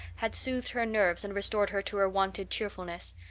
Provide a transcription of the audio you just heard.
had soothed her nerves and restored her to her wonted cheerfulness.